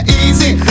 easy